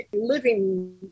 living